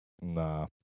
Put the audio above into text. nah